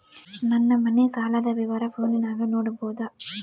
ನನ್ನ ಮನೆ ಸಾಲದ ವಿವರ ಫೋನಿನಾಗ ನೋಡಬೊದ?